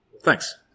Thanks